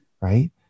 Right